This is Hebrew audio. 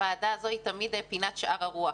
הוועדה הזו היא תמיד פינת שאר הרוח,